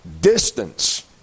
distance